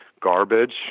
garbage